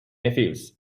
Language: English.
nephews